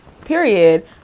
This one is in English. Period